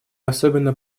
особенно